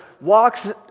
walks